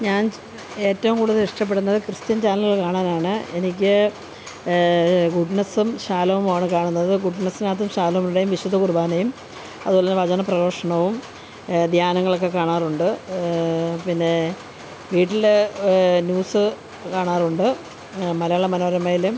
ഞാൻ ഏറ്റവും കൂടുതലിഷ്ടപ്പെടുന്നത് ക്രിസ്ത്യൻ ചാനലുകൾ കാണാനാണ് എനിക്ക് ഗുഡ്നെസ്സും ശാലോംവാണ് കാണുന്നത് ഗുഡ്നെസിനകത്തും ശാലോംവുടെയും വിശുദ്ധ കുറുബാനയും അതുപോലെ വചന പ്രഭാഷണവും ധ്യാനങ്ങളൊക്കെ കാണാറുണ്ട് പിന്നെ വീട്ടിൽ ന്യൂസ് കാണാറുണ്ട് മലയാള മനോരമയിലും